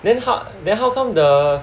then how then how come the